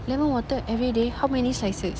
lemon water everyday how many slices